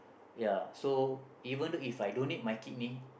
ya so even If I donate my kidney